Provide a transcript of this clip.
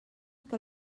que